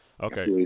Okay